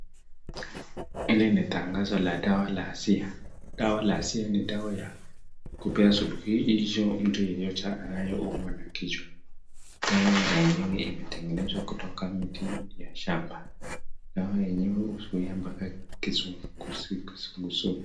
Hili ni tangazo la dawa ya Siha. Dawa ya siha ni dawa ya kupea suluhisho mtu yeyote anaye umwa na kichwa. Dawa yenyewe imetengenezwa kutoka miti ya shamba. Dawa yenyewe huzuia mpaka kuhisi kizunguzungu.